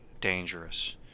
dangerous